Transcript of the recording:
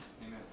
Amen